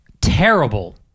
terrible